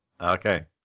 Okay